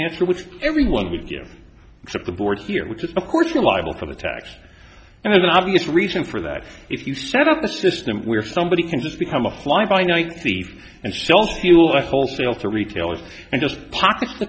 answer which everyone would you accept the board here which is of course you're liable for the tax and there's an obvious reason for that if you set up a system where somebody can just become a fly by night thief and shell fuel wholesale to retailers and just pockets the